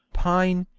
pine,